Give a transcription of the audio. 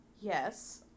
Yes